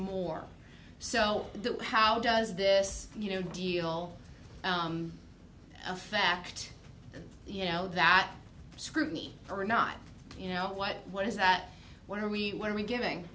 more so how does this you know deal a fact you know that scrutiny or not you know what what is that what are we what are we